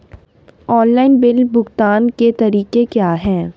Online bill भुगतान के तरीके क्या हैं?